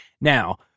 Now